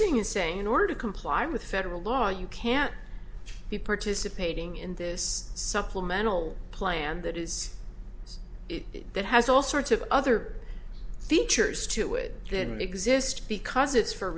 gritting is saying in order to comply with federal law you can't be participating in this supplemental plan that is it that has all sorts of other features to it didn't exist because it's for